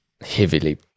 heavily